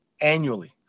annually